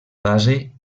base